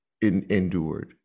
endured